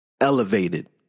elevated